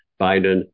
Biden